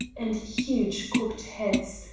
and huge cocked hats,